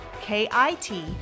K-I-T